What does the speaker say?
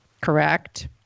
Correct